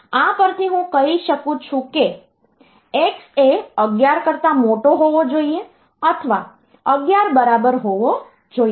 તેથી આ પર થી હું કહી શકું છું કે x એ 11 કરતા મોટો હોવો જોઈએ અથવા 11 બરાબર હોવો જોઈએ